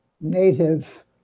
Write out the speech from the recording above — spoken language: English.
native